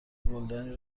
گلدانی